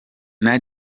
nta